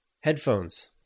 headphones